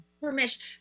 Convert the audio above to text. permission